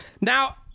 Now